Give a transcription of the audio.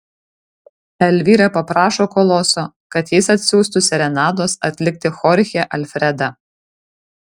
elvyra paprašo koloso kad jis atsiųstų serenados atlikti chorchę alfredą